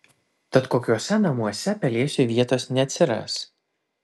tad kokiuose namuose pelėsiui vietos neatsiras